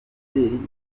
kwerekanwa